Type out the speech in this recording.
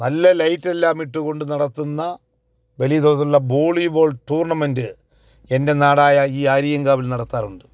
നല്ല ലൈറ്റ് എല്ലാം ഇട്ട് കൊണ്ട് നടത്തുന്ന വലിയ തോതിലുള്ള വോളിബോൾ ടൂർണമെൻറ്റ് എൻ്റെ നാടായ ഈ ആര്യങ്കാവിൽ നടത്താറുണ്ട്